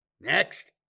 Next